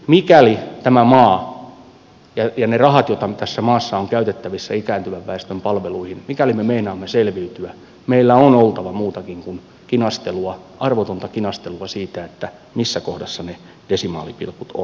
mikäli me meinaamme selviytyä niillä rahoilla jotka tässä maassa on käytettävissä ikääntyvän väestön palveluihin meillä on oltava muutakin kuin arvotonta kinastelua siitä missä kohdassa ne desimaalipilkut ovat